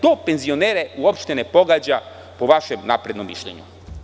To penzionere uopšte ne pogađa po vašem naprednom mišljenju.